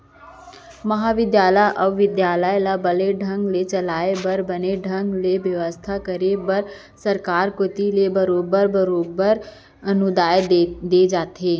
महाबिद्यालय अउ बिद्यालय ल बने ढंग ले चलाय बर बने ढंग ले बेवस्था करे बर सरकार कोती ले बरोबर बेरा बेरा म अनुदान दे जाथे